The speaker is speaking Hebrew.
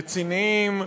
רציניים,